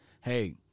hey